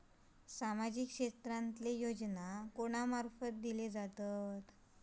सामाजिक क्षेत्रांतले योजना कोणा मार्फत दिले जातत?